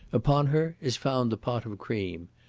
upon her is found the pot of cream,